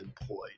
employed